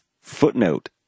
footnote